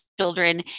children